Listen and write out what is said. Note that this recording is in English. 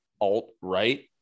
alt-right